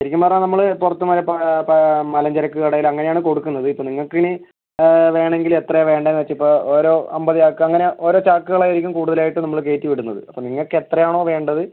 ശരിക്കും പറഞ്ഞാൽ നമ്മൾ പുറത്ത് മഴ മ പ മലഞ്ചരക്ക് കടയിൽ അങ്ങനെയാണ് കൊടുക്കുന്നത് ഇപ്പം നിങ്ങൾക്കിനി വേണമെങ്കിൽ എത്രയാണ് വേണ്ടതെന്ന് വെച്ചാൽ ഇപ്പോൾ ഓരോ അൻപത് ചാക്ക് അങ്ങനെ ഓരോ ചാക്കുകളായിരിക്കും കൂടുതലായിട്ടും നമ്മൾ കയറ്റി വിടുന്നത് അപ്പം നിങ്ങൾക്കെത്രയാണോ വേണ്ടത്